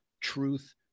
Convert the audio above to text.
truth